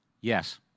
yes